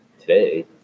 today